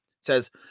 says